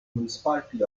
municipality